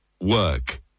Work